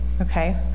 Okay